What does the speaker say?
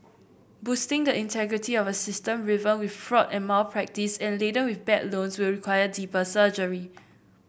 boosting the integrity of a system riven with fraud and malpractice and laden with bad loans will require deeper surgery